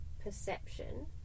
perception